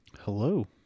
Hello